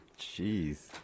Jeez